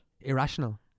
Irrational